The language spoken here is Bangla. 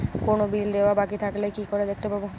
কোনো বিল দেওয়া বাকী থাকলে কি করে দেখতে পাবো?